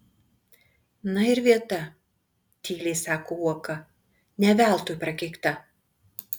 na ir vieta tyliai sako uoka ne veltui prakeikta